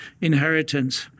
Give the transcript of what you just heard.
inheritance